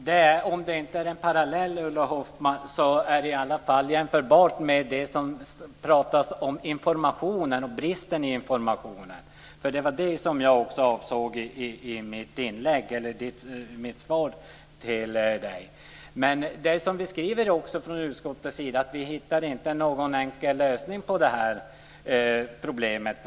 Herr talman! Om det inte är en parallell, Ulla Hoffmann, så är det i varje fall jämförbart med det som sagts om information och bristen på information. Det var vad jag avsåg i mitt svar till Ulla Hoffmann. Vi skriver också från utskottets sida att vi inte hittar någon enkel lösning på problemet.